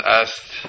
asked